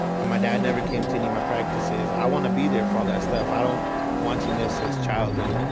and my dad never came to any of my practices. i want to be there for all that stuff. i don't want to miss his childhood.